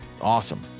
awesome